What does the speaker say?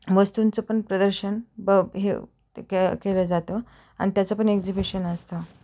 वस्तूंचं पण प्रदर्शन ब हे के केलं जातं आणि त्याचं पण एक्झिबिशन असतं